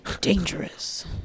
dangerous